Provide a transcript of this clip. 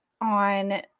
on